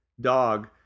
dog